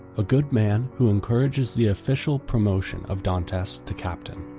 a good man who encourages the official promotion of dantes to captain.